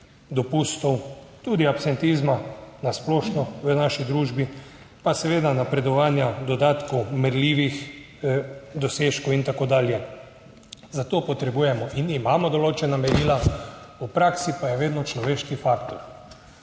dopustov, tudi absentizma na splošno v naši družbi, pa seveda napredovanja, dodatkov, merljivih dosežkov in tako dalje. Za to potrebujemo in imamo določena merila. V praksi pa je vedno človeški faktor.